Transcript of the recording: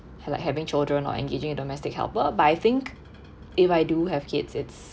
had like having children or engaging a domestic helper but I think if I do have kids it's